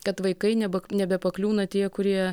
kad vaikai neba nebepakliūna tie kurie